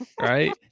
right